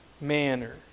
manner